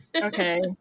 Okay